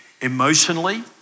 Emotionally